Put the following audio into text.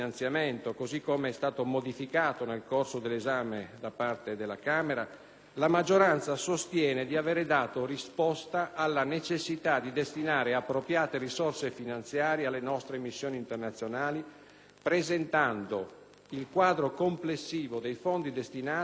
la maggioranza sostiene di avere dato risposta alla necessità di destinare appropriate risorse finanziarie alle nostre missioni internazionali, presentando il quadro complessivo dei fondi destinati incrementato di circa il 30 per cento rispetto al precedente finanziamento.